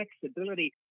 flexibility